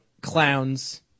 clowns